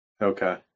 Okay